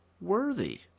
worthy